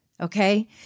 Okay